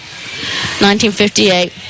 1958